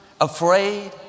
afraid